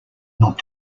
not